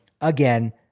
again